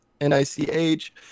N-I-C-H